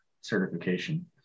certification